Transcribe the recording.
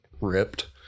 ripped